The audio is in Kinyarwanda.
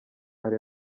hari